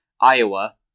Iowa